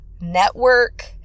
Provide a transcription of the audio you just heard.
Network